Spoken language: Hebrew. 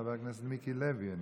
חבר הכנסת מיקי לוי,